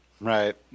right